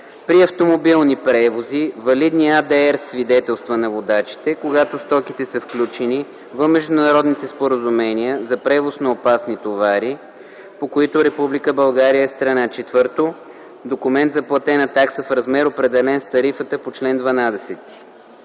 при автомобилни превози - валидни ADR свидетелства на водачите, когато стоките са включени в международните споразумения за превоз на опасни товари, по които Република България е страна; 4. документ за платена такса в размер, определен с тарифата по чл. 12”.